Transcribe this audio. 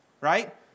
right